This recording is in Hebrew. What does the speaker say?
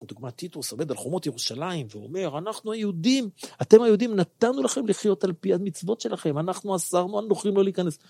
דוגמא טיטוס עובד על חומות ירושלים ואומר אנחנו היהודים, אתם היהודים, נתנו לכם לחיות על פי המצוות שלכם, אנחנו אסרנו על נוכלים לא להיכנס